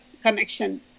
connection